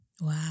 Wow